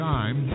Time